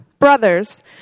Brothers